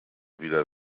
wieder